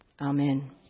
Amen